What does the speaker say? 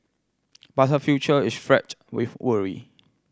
but her future is fraught with worry